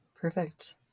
Perfect